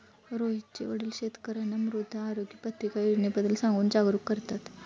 रोहितचे वडील शेतकर्यांना मृदा आरोग्य पत्रिका योजनेबद्दल सांगून जागरूक करतात